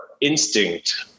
instinct